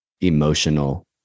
emotional